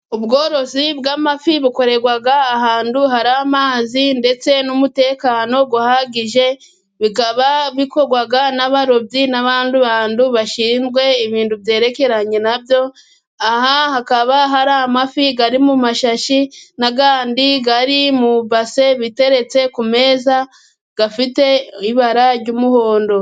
Ubworozi bw'amafi bukorerwa ahantu hari amazi, ndetse n'umutekano uhagije. Bikaba bikorwa n'abarobyi n'abandi bantu bashinzwe ibintu byerekeranye na byo. Aha hakaba hari amafi ari mu mashashi n'andi ari mu base biteretse ku meza. Afite ibara ry'umuhondo.